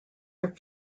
are